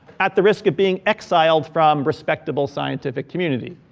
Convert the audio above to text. at the risk of being exiled from respectable scientific community.